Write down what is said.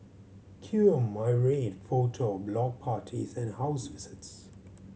cue a myriad photo of block parties and house visits